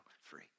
free